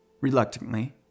Reluctantly